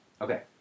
Okay